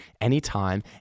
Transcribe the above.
anytime